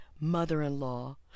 mother-in-law